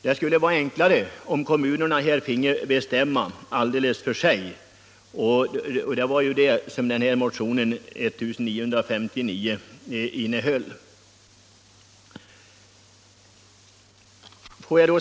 Det skulle vara enklare om kommunerna här finge besluta själva, och det var det som motionen 1959 gick ut på.